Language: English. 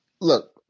look